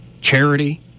Charity